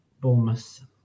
Bournemouth